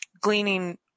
gleaning